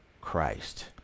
Christ